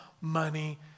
money